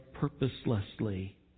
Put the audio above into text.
purposelessly